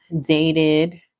dated